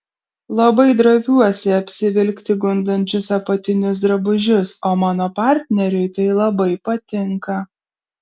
labai droviuosi apsivilkti gundančius apatinius drabužius o mano partneriui tai labai patinka